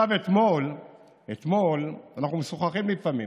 אנחנו משוחחים לפעמים,